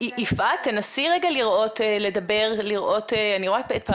רציתי לדעת איך,